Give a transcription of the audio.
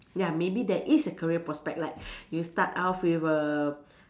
ya maybe there is a career prospect like you start off with a